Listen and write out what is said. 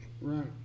Right